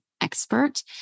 Expert